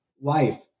life